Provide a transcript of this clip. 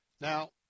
Now